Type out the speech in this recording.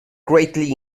greatly